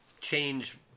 change